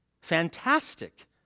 fantastic